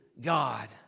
God